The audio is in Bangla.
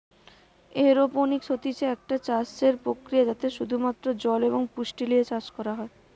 এরওপনিক্স হতিছে একটা চাষসের প্রক্রিয়া যাতে শুধু মাত্র জল এবং পুষ্টি লিয়ে চাষ করা হয়